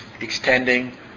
extending